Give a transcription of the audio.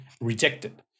rejected